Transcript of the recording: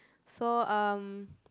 so um